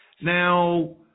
Now